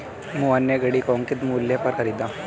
मोहन ने घड़ी को अंकित मूल्य पर खरीदा